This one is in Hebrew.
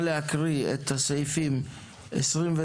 נא להקריא את סעיפים 29,